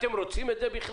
אתם בכלל רוצים את זה?